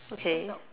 okay